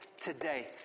today